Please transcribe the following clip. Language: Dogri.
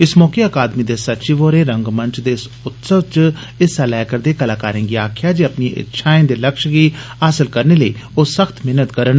इस मौके अकादमी दे सचिव होरें रंगमंच दे इस उत्सव च हिस्सा लै करदे कलाकारें गी आक्खेआ जे अपनिएं इच्छाएं दे लक्ष्य गी हासल करने लेई सख्त मेह्नत करन